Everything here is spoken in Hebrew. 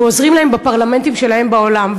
ועוזרים להם בפרלמנטים שלהם בעולם.